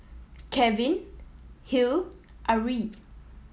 Kevin Hill and Arie